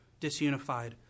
disunified